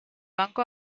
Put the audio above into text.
banco